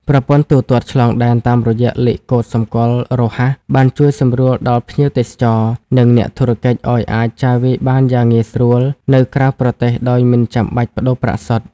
ប្រព័ន្ធទូទាត់ឆ្លងដែនតាមរយៈលេខកូដសម្គាល់រហ័ស បានជួយសម្រួលដល់ភ្ញៀវទេសចរ និងអ្នកធុរកិច្ចឱ្យអាចចាយវាយបានយ៉ាងងាយស្រួលនៅក្រៅប្រទេសដោយមិនចាំបាច់ប្ដូរប្រាក់សុទ្ធ។